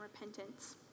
repentance